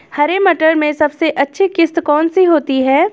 हरे मटर में सबसे अच्छी किश्त कौन सी होती है?